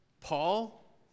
Paul